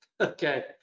Okay